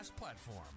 platform